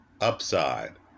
upside